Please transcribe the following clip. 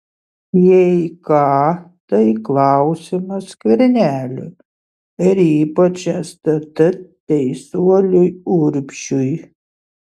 jei ką tai klausimas skverneliui ir ypač stt teisuoliui urbšiui